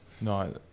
No